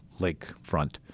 lakefront